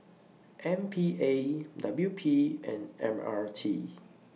M P A W P and M R T